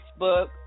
Facebook